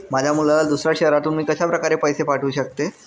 माझ्या मुलाला दुसऱ्या शहरातून मी कशाप्रकारे पैसे पाठवू शकते?